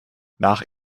nach